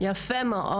יפה מאוד.